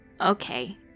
Okay